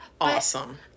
awesome